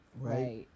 right